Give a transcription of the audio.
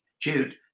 cute